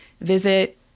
visit